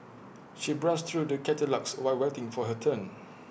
she browsed through the catalogues while waiting for her turn